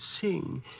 sing